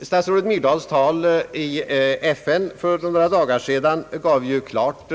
Statsrådet Myrdals tal i FN för några dagar sedan gav ju klart